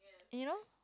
you know